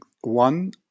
One